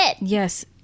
Yes